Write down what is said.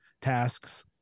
tasks